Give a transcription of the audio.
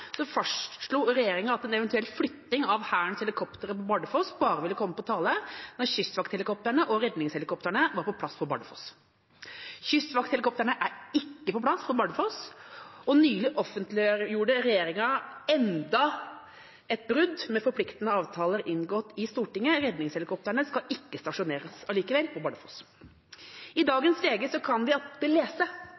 fastslo regjeringa at en eventuell flytting av Hærens helikopter på Bardufoss bare ville komme på tale når kystvakthelikoptrene og redningshelikoptrene var på plass på Bardufoss. Kystvakthelikoptrene er ikke på plass på Bardufoss, og nylig offentliggjorde regjeringa enda et brudd med forpliktende avtaler inngått i Stortinget: Redningshelikoptrene skal ikke stasjoneres på Bardufoss allikevel. I